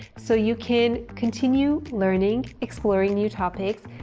so you can continue learning, exploring new topics,